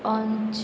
अंच